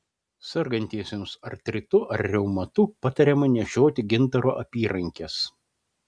sergantiesiems artritu ar reumatu patariama nešioti gintaro apyrankes